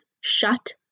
Shut